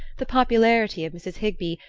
the popularity of mrs. higby,